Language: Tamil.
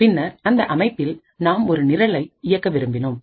பின்னர் அந்த அமைப்பில் நாம் ஒரு நிரலை இயக்க விரும்பினோம்